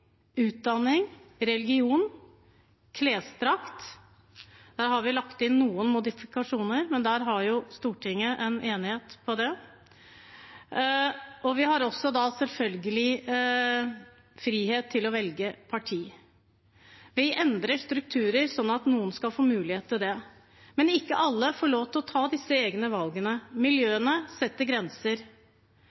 utdanning, religion, klesdrakt – der har vi lagt inn noen modifikasjoner, men der har jo Stortinget en enighet. Vi har også selvfølgelig frihet til å velge parti. Vi endrer strukturer, slik at noen skal få mulighet til det. Men ikke alle får lov til å ta disse egne valgene. Miljøene setter grenser,